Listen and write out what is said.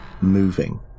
moving